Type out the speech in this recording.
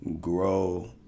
grow